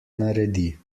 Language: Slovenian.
naredi